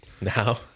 Now